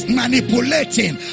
manipulating